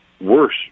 worse